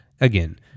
Again